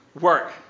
Work